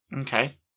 Okay